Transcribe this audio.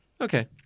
Okay